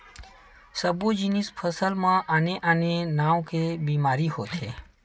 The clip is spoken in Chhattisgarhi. सब्बो जिनिस फसल म आने आने नाव के बेमारी होथे